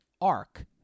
arc